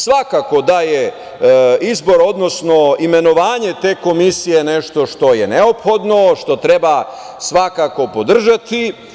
Svakako da je izbor, odnosno imenovanje te komisije nešto što je neophodno, što treba svakako podržati.